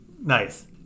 Nice